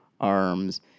arms